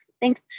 thanks